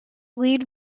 lead